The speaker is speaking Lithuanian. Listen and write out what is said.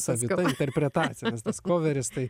savita interpretacija nes tas koveris tai